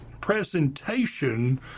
presentation